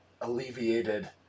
alleviated